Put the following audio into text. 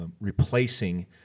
replacing